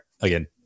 again